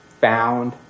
found